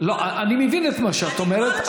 אני מבין את מה שאת אומרת,